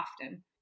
often